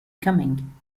coming